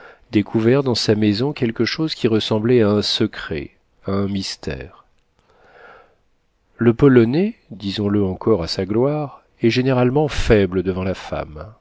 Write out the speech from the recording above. découvert dans sa maison quelque chose qui ressemblait à un secret à un mystère le polonais disons-le encore à sa gloire est généralement faible devant la femme